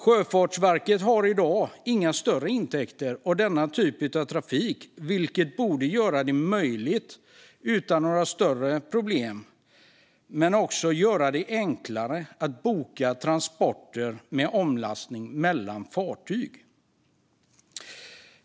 Sjöfartsverket har i dag inga större intäkter av denna typ av trafik, vilket borde göra detta möjligt utan några större problem. Det skulle också göra det enklare att boka transporter med omlastning mellan fartyg.